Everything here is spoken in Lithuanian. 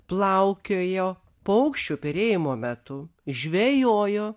plaukiojo paukščių perėjimo metu žvejojo